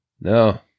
No